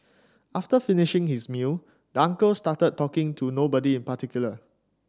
after finishing his meal the uncle started talking to nobody in particular